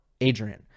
Adrian